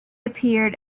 appeared